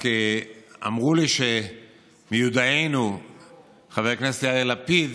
רק אמרו לי שמיודענו חבר הכנסת יאיר לפיד